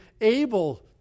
able